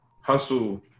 hustle